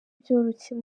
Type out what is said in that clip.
byoroshye